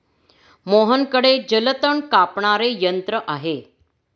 मोहनकडे जलतण कापणारे यंत्र आहे